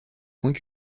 point